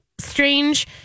strange